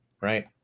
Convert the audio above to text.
right